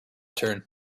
turn